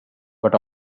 but